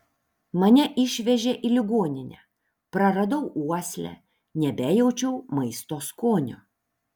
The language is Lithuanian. mane išvežė į ligoninę praradau uoslę nebejaučiau maisto skonio